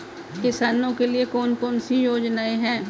किसानों के लिए कौन कौन सी योजनाएं हैं?